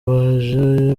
baje